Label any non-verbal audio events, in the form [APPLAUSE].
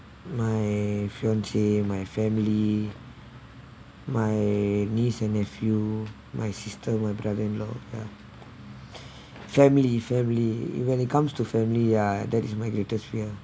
my fiance my family my niece and nephew my sister my brother-in-law ya [BREATH] family family you when it comes to family ya that is my greatest fear